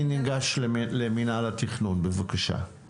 אני ניגש למינהל התכנון, בבקשה.